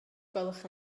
gwelwch